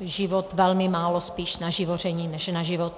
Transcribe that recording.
život velmi málo, spíš na živoření než na život.